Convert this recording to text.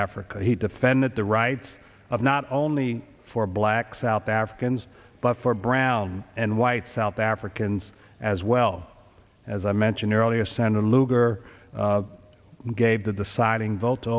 africa he defended the rights of not only for black south africans but for brown and white south africans as well as i mentioned earlier senator lugar gave the deciding vote to